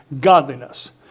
godliness